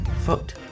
foot